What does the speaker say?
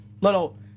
Little